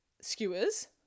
skewers